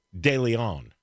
DeLeon